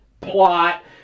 plot